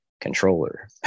controller